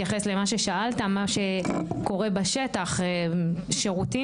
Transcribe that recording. מתייחס למה ששאלת מה שקורה בשטח שירותים,